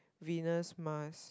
Venus Mars